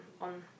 on